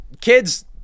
kids